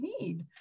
need